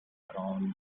around